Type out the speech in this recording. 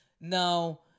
Now